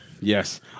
Yes